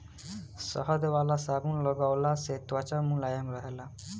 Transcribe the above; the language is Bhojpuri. शहद वाला साबुन लगवला से त्वचा मुलायम रहेला